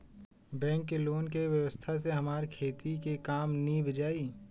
bank के loan के व्यवस्था से हमार खेती के काम नीभ जाई